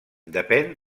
depèn